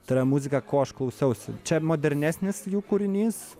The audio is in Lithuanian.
tai yra muzika ko aš klausausi čia modernesnis jų kūrinys